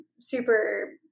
super